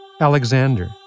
Alexander